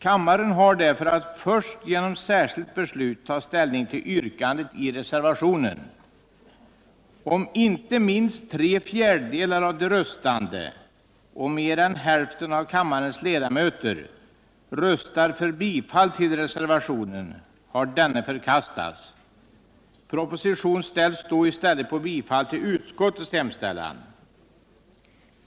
Kammaren har därför att först genom särskilt beslut ta ställning till yrkandet i reservationen. Om inte minst tre fjärdedelar av de röstande och mer än hälften av kammarens ledamöter röstar för bifall till reservationen har denna förkastats. Proposition ställs då i stället på bifall till utskottets hemställan.